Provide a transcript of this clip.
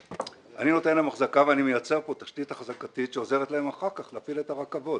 ואני מייצר פה תשתית אחזקתית שעוזרת להם אחר כך להפעיל את הרכבות.